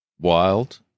wild